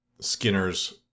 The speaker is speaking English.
Skinner's